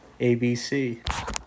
ABC